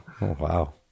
wow